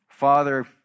Father